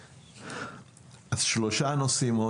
אם כן, שלושה נושאים.